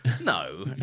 no